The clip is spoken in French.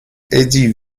eddy